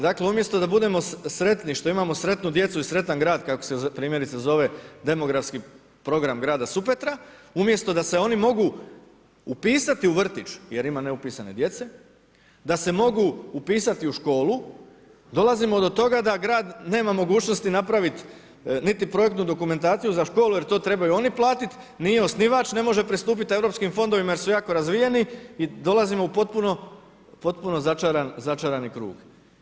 Dakle umjesto da budemo sretni što imamo sretnu djecu i sretan grad kako se primjerice zove demografski program grada Supetra, umjesto da se oni mogu upisati u vrtić jer ima neupisane djece, da se mogu upisati u školu, dolazimo do toga da grad nema mogućnosti napraviti niti projektnu dokumentaciju za školu jer to trebaju oni platiti, nije osnivač, ne može pristupiti europskim fondovima jer su jako razvijeni i dolazimo u potpuno začarani krug.